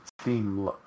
steam